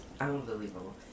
unbelievable